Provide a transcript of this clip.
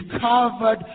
covered